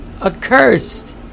accursed